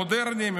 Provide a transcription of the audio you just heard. המודרניים,